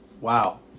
Wow